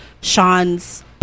Sean's